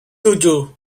tujuh